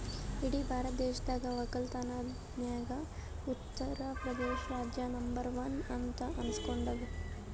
ಇಡೀ ಭಾರತ ದೇಶದಾಗ್ ವಕ್ಕಲತನ್ದಾಗೆ ಉತ್ತರ್ ಪ್ರದೇಶ್ ರಾಜ್ಯ ನಂಬರ್ ಒನ್ ಅಂತ್ ಅನಸ್ಕೊಂಡಾದ್